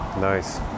Nice